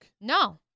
No